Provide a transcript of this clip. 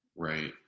Right